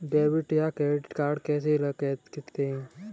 Debit या credit card किसे कहते हैं?